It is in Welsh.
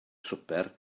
swper